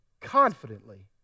confidently